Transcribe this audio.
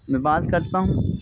میں بات کرتا ہوں